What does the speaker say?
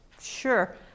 sure